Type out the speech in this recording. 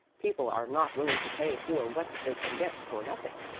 people are not willing to pay for what they can get for nothing.